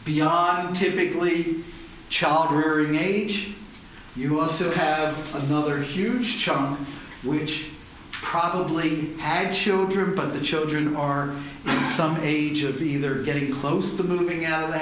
beyond typically child rearing age you also have another huge chunk which probably had children by the children are in some age of either getting close to moving out